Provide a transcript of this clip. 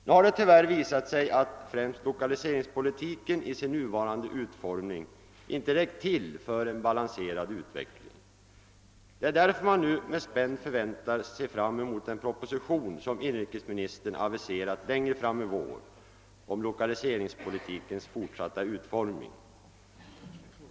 Nu har det tyvärr visat sig att främst lokaliseringspolitiken i sin nuvarande utformning inte räckt till för en balanserad utveckling. Det är därför man nu med spänd förväntan ser fram mot den proposition som inrikesministern aviserat längre fram i vår om lokaliseringspolitikens fortsatta utformning.